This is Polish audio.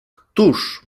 któż